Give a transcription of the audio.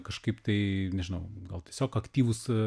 kažkaip tai nežinau gal tiesiog aktyvūs